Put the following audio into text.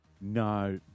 no